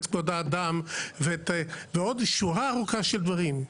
כבוד האדם ועוד שורה ארוכה של דברים.